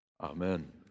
Amen